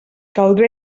caldrà